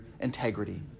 Integrity